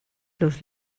los